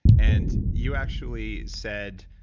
and you actually said,